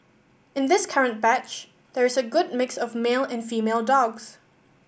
in this current batch there is a good mix of male and female dogs